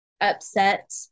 upset